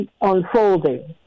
unfolding